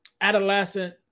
adolescent